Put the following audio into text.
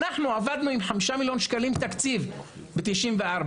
אנחנו עבדנו עם תקציב של 5 מיליון שקלים ב-1997.